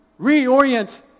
reorient